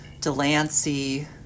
Delancey